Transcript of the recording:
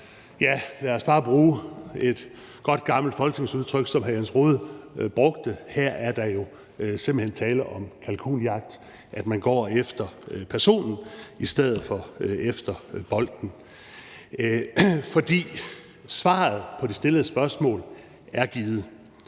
lad os bare bruge et godt gammelt folketingsudtryk, som hr. Jens Rohde brugte: Her er der jo simpelt hen tale om kalkunjagt; man går efter personen i stedet for efter bolden. For svaret på det stillede spørgsmål er givet: